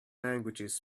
languages